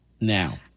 Now